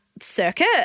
circuit